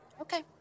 Okay